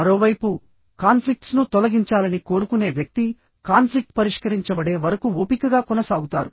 మరోవైపు కాన్ఫ్లిక్ట్స్ ను తొలగించాలని కోరుకునే వ్యక్తి కాన్ఫ్లిక్ట్ పరిష్కరించబడే వరకు ఓపికగా కొనసాగుతారు